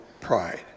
pride